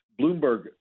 Bloomberg